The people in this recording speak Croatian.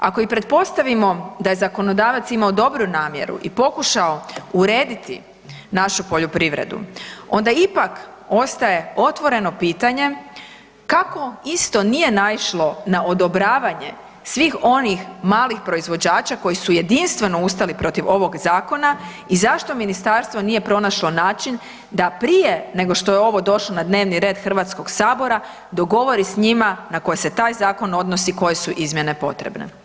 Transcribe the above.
Ako i pretpostavimo da je zakonodavac imao dobru namjeru i pokušao urediti našu poljoprivredu onda ipak ostaje otvoreno pitanje kako isto nije naišlo na odobravanje svih onih malih proizvođača koji su jedinstveno ustali protiv ovog zakona i zašto ministarstvo nije pronašlo način da prije nego što je ovo došlo na dnevni red HS dogovori s njima na koje se taj zakon odnosi koje su izmjene potrebne?